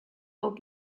old